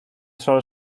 solo